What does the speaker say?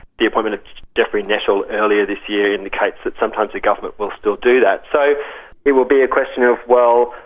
the appointment of geoffrey nettle earlier this year indicates that sometimes the government will still do that. so it will be a question of, well,